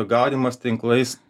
gaudymas tinklais